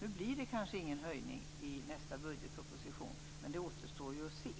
Nu blir det kanske ingen höjning i nästa budgetproposition, men det återstår ju att se.